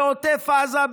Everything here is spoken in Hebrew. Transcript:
בעוטף עזה,